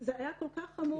זה היה כל כך חמור,